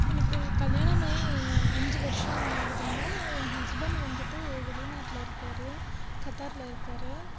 எனக்கு கல்யாணமாகி அஞ்சு வருஷம் ஆகுதுங்க என் ஹஸ்பண்டு வந்துட்டு வெளிநாட்டில் இருக்கார் கத்தாரில் இருக்கார்